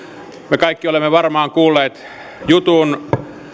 me kaikki olemme varmaan kuulleet jutun